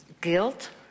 guilt